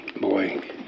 Boy